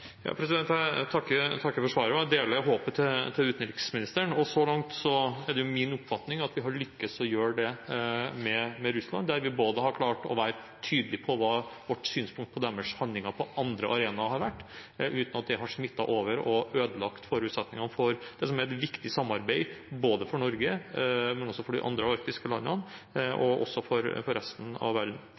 utenriksministeren. Så langt er det min oppfatning at vi har lyktes i å gjøre det med Russland, der vi har klart å være tydelige på hva vårt synspunkt på deres handlinger på andre arenaer har vært, uten at det har smittet over og ødelagt forutsetningene for det som er et viktig samarbeid for Norge, men også for de andre arktiske landene og for resten av verden.